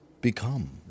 become